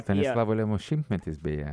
stanislavo lemo šimtmetis beje